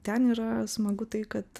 ten yra smagu tai kad